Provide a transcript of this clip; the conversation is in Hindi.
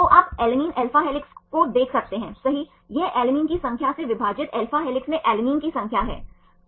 तो आप अलैनिन alpha हेलिक्स को से देख सकते हैं सही यह अलैनिन की संख्या से विभाजित alpha हेलिक्स में अलैनिन की संख्या है